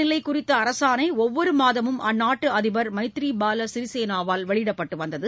நிலை குறித்த அரசாணை ஒவ்வொரு மாதமும் அந்நாட்டு அதிபர் மைத்றிபால அவசர சிறிசேனாவால் வெளியிடப்பட்டு வந்தது